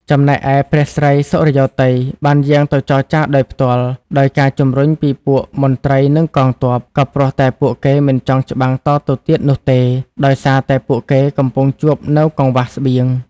ចំណែកឯព្រះស្រីសុរិយោទ័យបានយាងទៅចរចារដោយផ្ទាល់ ដោយការជម្រុញពីពួកមន្ត្រីនិងកងទ័ព ក៏ព្រោះតែពួកគេមិនចង់ច្បាំងតទៅទៀតនោះទេ ដោយសារតែពួកគេកំពុងជួបនូវកង្វះស្បៀង។